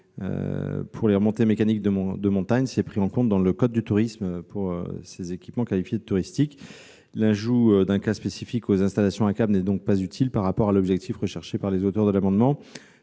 Les remontées mécaniques de montagne sont prises en compte dans le code du tourisme pour ces équipements qualifiés de « touristiques ». L'ajout d'un cas spécifique aux installations à câbles n'est donc pas utile par rapport à l'objectif visé par les auteurs de l'amendement,